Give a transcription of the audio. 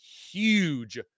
huge